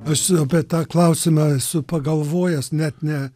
aš apie tą klausimą esu pagalvojęs net ne